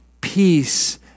peace